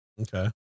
Okay